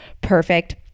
perfect